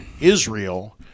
Israel